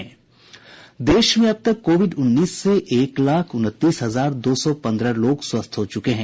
देश में अब तक कोविड उन्नीस से एक लाख उनतीस हजार दो सौ पन्द्रह लोग स्वस्थ हो चुके हैं